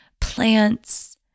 plants